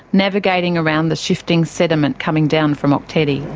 navigating around the shifting sediment coming down from ok tedi